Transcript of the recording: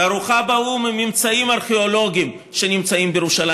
תערוכה באו"ם עם ממצאים ארכיאולוגיים שנמצאים בירושלים.